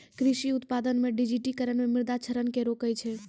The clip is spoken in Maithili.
कृषि उत्पादन मे डिजिटिकरण मे मृदा क्षरण के रोकै छै